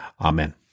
Amen